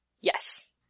Yes